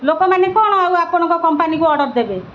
ଲୋକମାନେ କ'ଣ ଆଉ ଆପଣଙ୍କ କମ୍ପାନୀକୁ ଅର୍ଡ଼ର୍ ଦେବେ